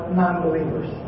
non-believers